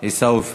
עיסאווי פריג'.